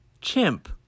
Chimp